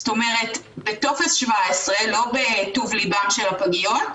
זאת אומרת בטופס 17, לא בטוב ליבן של הפגיות,